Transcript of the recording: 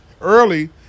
early